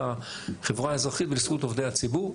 החברה האזרחית ולזכות עובדי הציבור.